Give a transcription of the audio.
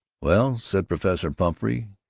well, said professor pumphrey,